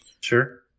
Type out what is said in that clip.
Sure